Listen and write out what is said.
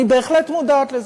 אני בהחלט מודעת לזה.